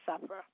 suffer